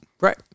Right